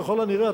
ככל הנראה,